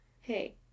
Hey